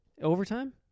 Overtime